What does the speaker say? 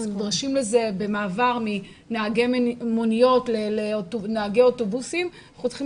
אנחנו נדרשים לזה במעבר של נהגי מוניות לנהגי אוטובוסים ואנחנו צריכים